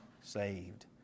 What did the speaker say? saved